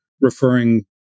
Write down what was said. referring